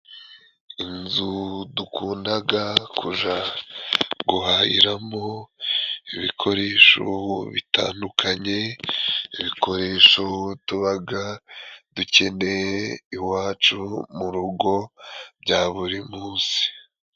Inzu dukundaga kuja guhahiramo ibikoresho bitandukanye, ibikoresho tubaga dukeneye iwacu mu rugo bya buri munsi.